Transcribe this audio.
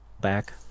back